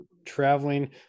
traveling